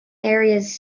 areas